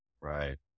Right